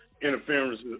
interference